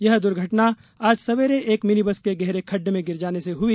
यह दुर्घटना आज सवेरे एक मिनी बस के गहरे खड्ड में गिर जाने से हुई